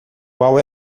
qual